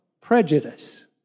prejudice